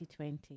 2020